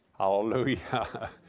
Hallelujah